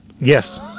yes